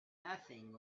nothing